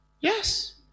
Yes